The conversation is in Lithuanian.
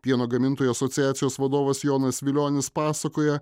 pieno gamintojų asociacijos vadovas jonas vilionis pasakoja